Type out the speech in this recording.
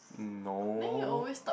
mm no